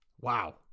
wow